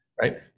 right